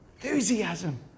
Enthusiasm